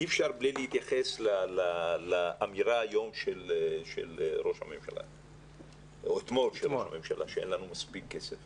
אי אפשר שלא להתייחס לאמירה אתמול של ראש הממשלה שאין לנו מספיק כסף.